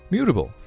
Mutable